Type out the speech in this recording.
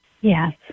Yes